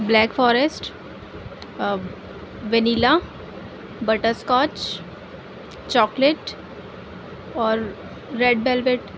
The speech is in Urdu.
black forest vanilla butterscotch chocolate اور ریڈ ویلویٹ